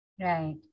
Right